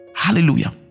Hallelujah